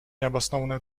необоснованные